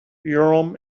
urim